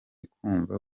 kumva